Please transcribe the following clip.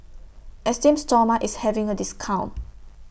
Esteem Stoma IS having A discount